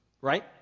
right